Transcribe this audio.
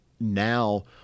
now